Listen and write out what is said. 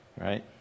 right